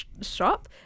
shop